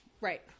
Right